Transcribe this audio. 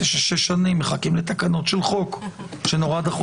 בתוקף סמכותי לפי סעיף 133ד לחוק סדר הדין